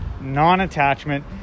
Non-attachment